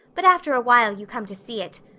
but after a while you come to see it.